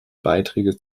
beiträge